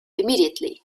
immediately